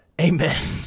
amen